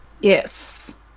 Yes